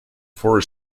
four